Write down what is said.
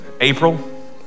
April